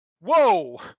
Whoa